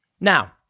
Now